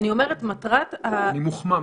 אדוני היושב-ראש,